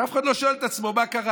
ואף אחד לא שואל את עצמו מה קרה,